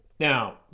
Now